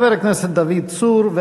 חבר הכנסת דוד צור,